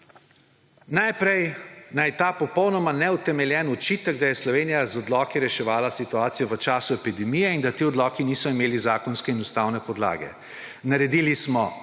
»Najprej na ta popolnoma neutemeljen očitek, da je Slovenija z odloki reševala situacijo v času epidemije in da ti odloki niso imeli zakonske in ustavne podlage. Naredili smo